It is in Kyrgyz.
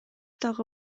дагы